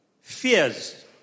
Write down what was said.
fears